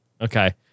Okay